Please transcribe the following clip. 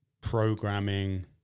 programming